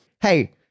Hey